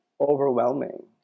overwhelming